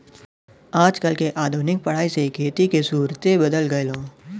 आजकल के आधुनिक पढ़ाई से खेती के सुउरते बदल गएल ह